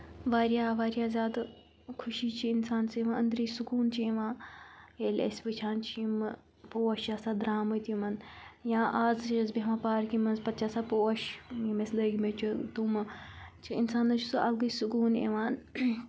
واریاہ واریاہ زیادٕ خوشی چھِ اِنسان سۭتۍ یِوان أنٛدرِ سکوٗن چھِ یِوان ییٚلہِ أسۍ وٕچھان چھِ یِمہٕ پوش چھِ آسان درٛامٕتۍ یِمَن یا آز چھِ أسۍ بیٚہوان پارکہِ منٛز پَتہٕ چھِ آسان پوش یِم اَسہِ لٲگۍ مٕتۍ چھِ تٕمہٕ چھِ اِنسان حظ چھِ سُہ اَلگٕے سکوٗن اِوان